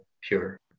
pure